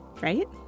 right